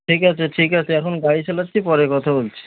ঠিক আছে ঠিক আছে এখন গাড়ি চালাচ্ছি পরে কথা বলছি